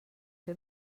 fer